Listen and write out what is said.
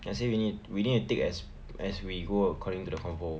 I say we need we need to take as as we go according to the convo